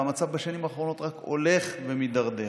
ובשנים האחרונות המצב רק הולך ומידרדר.